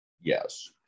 yes